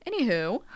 anywho